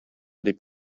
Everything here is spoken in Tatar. дип